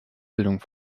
bildung